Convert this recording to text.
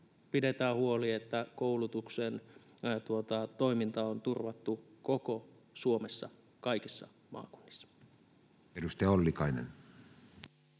pidetään huoli, että koulutuksen toiminta on turvattu koko Suomessa, kaikissa maakunnissa.